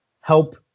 help